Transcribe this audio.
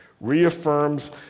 reaffirms